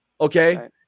okay